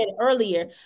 earlier